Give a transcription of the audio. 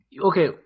Okay